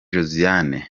josiane